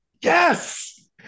Yes